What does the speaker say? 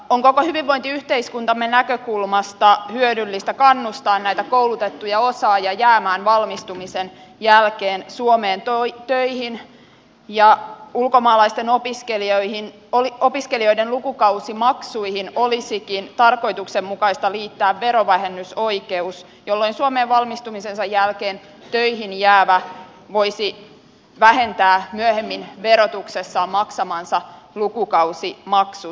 on koko hyvinvointiyhteiskuntamme näkökulmasta hyödyllistä kannustaa näitä koulutettuja osaajia jäämään valmistumisen jälkeen suomeen töihin ja ulkomaalaisten opiskelijoiden lukukausimaksuihin olisikin tarkoituksenmukaista liittää verovähennysoikeus jolloin suomeen valmistumisensa jälkeen töihin jäävä voisi vähentää myöhemmin verotuksessaan maksamansa lukukausimaksut